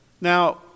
Now